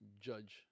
judge